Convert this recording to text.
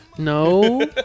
No